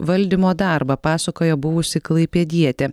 valdymo darbą pasakoja buvusi klaipėdietė